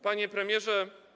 Panie Premierze!